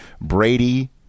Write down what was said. Brady